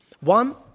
One